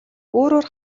өөрөөр